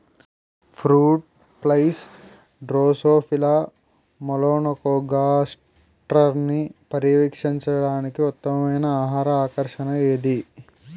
Fruit flies Drosophila మెలనోగాస్టర్ని పర్యవేక్షించడానికి ఉత్తమమైన ఆహార ఆకర్షణ ఏది?